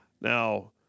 Now